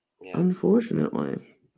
Unfortunately